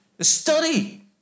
Study